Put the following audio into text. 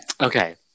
Okay